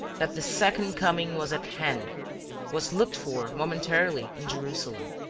that the second coming was at hand was looked for momentarily in jerusalem.